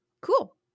Cool